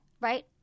right